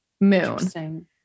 moon